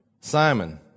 Simon